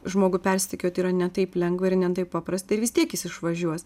žmogų persekioti yra ne taip lengva ir ne taip paprasta ir vis tiek jis išvažiuos